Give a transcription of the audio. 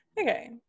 Okay